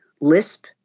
lisp